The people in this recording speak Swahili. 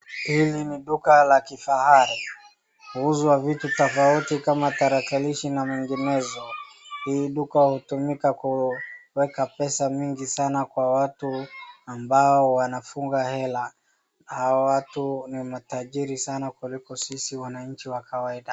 Hili ni duka la kifahari. Huuzwa vitu tofauti lama tarakilishi na vingenezo. Hii duka hutumika kuweka pesa mingi sana kwa watu ambao wanafuga hela. Hao watu ni matajiri sana kuliko sisi wananchi wa kawaida.